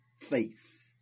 faith